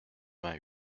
vingt